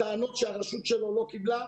מדובר ברשויות שרובן לא חזקות מלכתחילה